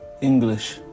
English